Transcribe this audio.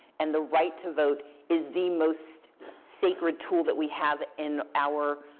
and the right to vote is the most sacred tool that we have in our